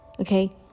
Okay